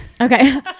Okay